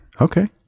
okay